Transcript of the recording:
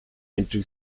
into